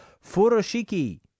furoshiki